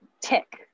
tick